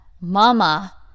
mama